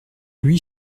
huit